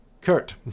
Kurt